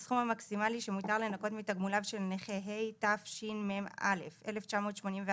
הסכום המקסימלי שמותר לנכות מתגמוליו של נכה התשמ"א 1981: